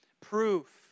proof